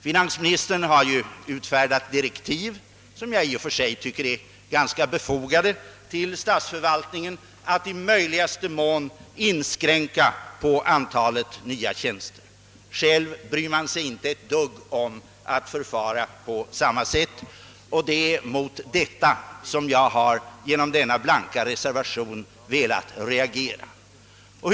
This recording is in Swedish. Finansminstern har utfärdat direktiv — som jag i och för sig tycker är ganska befogade — till statsförvaltningen att i möjligaste mån inskränka på antalet nya tjänster, men själv bryr man sig inte ett dugg om att förfara på samma sätt. Det är mot detta som jag har velat reagera med vår blanka reservation.